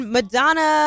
Madonna